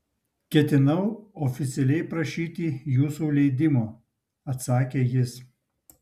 ketinau oficialiai prašyti jūsų leidimo atsakė jis